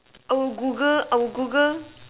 oh Google our Google